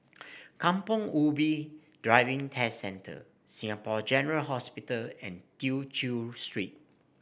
Kampong Ubi Driving Test Centre Singapore General Hospital and Tew Chew Street